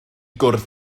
gwrdd